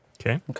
Okay